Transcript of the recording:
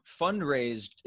fundraised